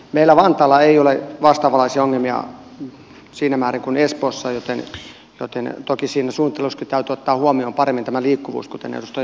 meillä vantaalla ei ole vastaavanlaisia ongelmia siinä määrin kuin espoossa joten toki siinä suunnittelussakin täytyy ottaa huomioon paremmin tämä liikkuvuus kuten edustaja juvonen mainitsi